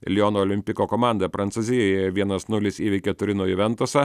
liono olimpiko komanda prancūzijoje vienas nulis įveikė turino juventusą